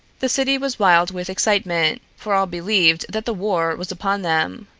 the city was wild with excitement, for all believed that the war was upon them.